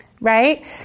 Right